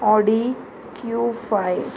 Audi Q five